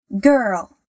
Girl